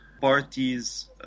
parties